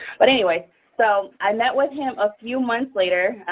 but anyway, so i met with him a few months later,